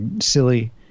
silly